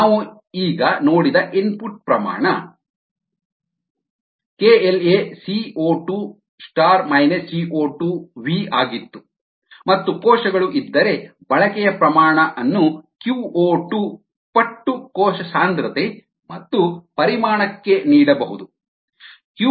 ನಾವು ಈಗ ನೋಡಿದ ಇನ್ಪುಟ್ ಪ್ರಮಾಣ KLaCO2 CO2V ಆಗಿತ್ತು ಮತ್ತು ಕೋಶಗಳು ಇದ್ದರೆ ಬಳಕೆಯ ಪ್ರಮಾಣ ಅನ್ನು qO2 ಪಟ್ಟು ಕೋಶ ಸಾಂದ್ರತೆ ಮತ್ತು ಪರಿಮಾಣಕ್ಕೆ ನೀಡಬಹುದು